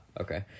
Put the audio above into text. okay